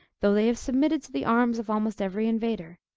though they have submitted to the arms of almost every invader,